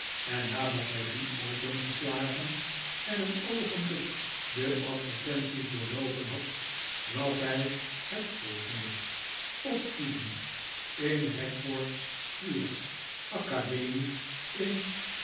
en nadat hij die opengeslagen en een oogenblik de advertenties doorloopen had las hij het volgende opvoeding in wackford squeers academie in